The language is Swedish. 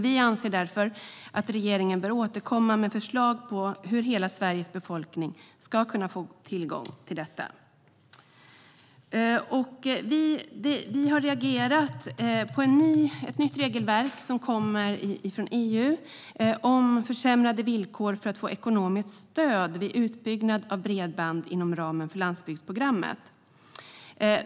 Vi anser därför att regeringen bör återkomma med förslag till hur hela Sveriges befolkning ska kunna få tillgång till detta. Vi har reagerat på ett nytt regelverk som kommer från EU om försämrade villkor för att få ekonomiskt stöd vid utbyggnad av bredband inom ramen för landsbygdsprogrammet.